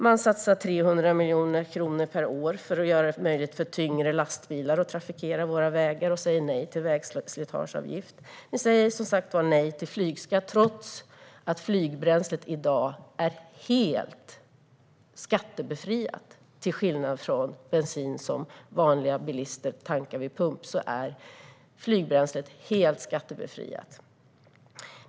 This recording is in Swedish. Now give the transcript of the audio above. Man satsar 300 miljoner kronor per år för att göra det möjligt för tyngre lastbilar att trafikera vägarna, och man säger nej till vägslitageavgift. Ni säger, som sagt, nej till flygskatt trots att flygbränslet i dag är helt skattebefriat. Till skillnad från bensin som vanliga bilister tankar i pump är flygbränslet helt skattebefriat.